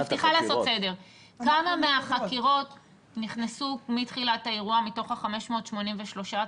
כמה מהחקירות נכנסו מתחילת האירוע מתוך ה-583,000,